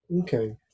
okay